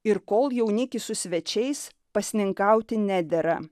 ir kol jaunikis su svečiais pasninkauti nedera